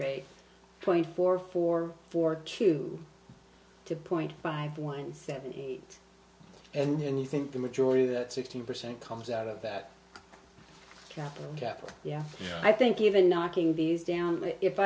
rate twenty four for four to two point five one seventy eight and you think the majority of that sixteen percent comes out of that capital capital yeah i think even knocking these down if